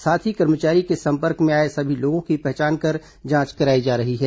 साथ ही कर्मचारी के संपर्क में आए सभी लोगों की पहचान कर जांच कराई जा रही है